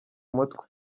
umutwe